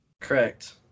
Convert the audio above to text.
Correct